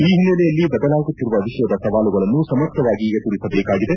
ಈ ಹಿನ್ನೆಲೆಯಲ್ಲಿ ಬದಲಾಗುತ್ತಿರುವ ವಿಶ್ವದ ಸವಾಲುಗಳನ್ನು ಸಮರ್ಥವಾಗಿ ಎದುರಿಸಬೇಕಾಗಿದೆ